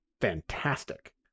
fantastic